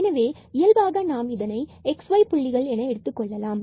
எனவே இயல்பாக நாம் இதை x y புள்ளிகள் என எடுத்துக்கொள்ளலாம்